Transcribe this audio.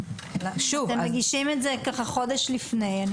אתם מגישים את זה ככה חודש לפני אני